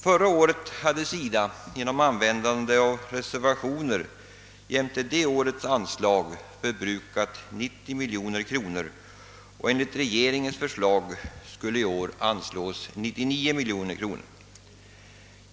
Förra året hade SIDA genom användande av reservationsanslag jämte det årets anslag förbrukat 90 miljoner kronor, och enligt regeringens förslag skulle det i år anslås 99 miljoner kronor.